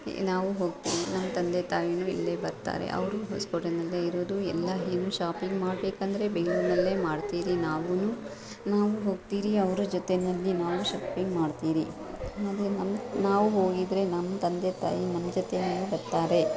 ನಾವು ಹೋಗ್ತೀವಿ ನಮ್ಮ ತಂದೆ ತಾಯಿಯೂ ಇಲ್ಲೇ ಬರ್ತಾರೆ ಅವರು ಹೊಸಕೋಟೆಯಲ್ಲೇ ಇರೋದು ಎಲ್ಲ ಏನು ಶಾಪಿಂಗ್ ಮಾಡಬೇಕೆಂದ್ರೆ ಬೆಂಗಳೂರಿನಲ್ಲೆ ಮಾಡ್ತೀರಿ ನಾವೂ ನಾವು ಹೋಗ್ತೀರಿ ಅವರ ಜೊತೆಯಲ್ಲಿ ನಾವು ಶಾಪಿಂಗ್ ಮಾಡ್ತೀರಿ ಹಾಗೆ ನಾವು ಹೋಗಿದ್ದರೆ ನಮ್ಮ ತಂದೆ ತಾಯಿ ನಮ್ಮ ಜೊತೆಯೇ ಬರ್ತಾರೆ